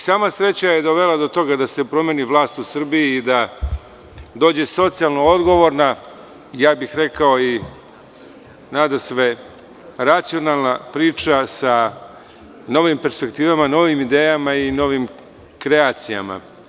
Sama sreća je dovela do toga da se promeni vlast u Srbiji i da dođe socijalno odgovorna, rekao bih i nadasve racionalna priča, sa novim persepektivama, sa novim idejama i novim kreacijama.